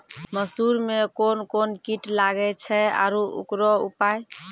मसूर मे कोन कोन कीट लागेय छैय आरु उकरो उपाय?